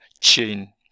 chain